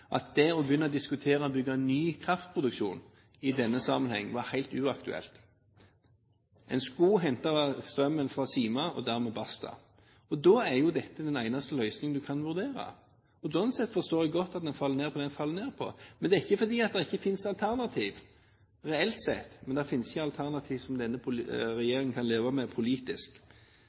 at det å begynne å diskutere ny kraftproduksjon i denne sammenheng var helt uaktuelt. En skulle hente strømmen fra Sima og dermed basta. Da er jo dette den eneste løsningen du kan vurdere. Sånn sett forstår jeg godt at en faller ned på det en faller ned på. Men det er ikke fordi det ikke finnes alternativ reelt sett, men det finnes ikke alternativ som denne regjeringen kan leve med politisk.